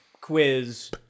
quiz